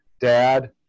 dad